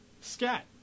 Scat